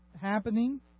happening